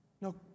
no